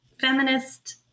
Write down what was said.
feminist